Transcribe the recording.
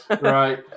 Right